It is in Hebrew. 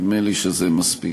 נדמה לי שזה מספיק.